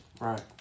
Right